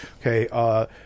Okay